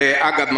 ואגב,